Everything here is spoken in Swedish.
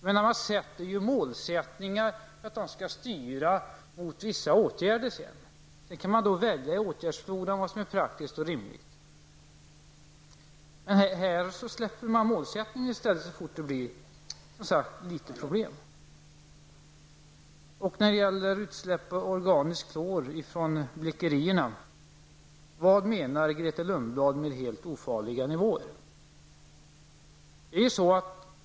Man har ju en målsättning och kan sedan välja i åtgärdsfloran vad som är praktiskt och rimligt. Men här släpper man som sagt målsättningen så snart det uppstår lite problem. När det gäller utsläpp av organiskt klor från blekerierna vill jag fråga vad Grethe Lundblad menar med helt ofarliga nivåer.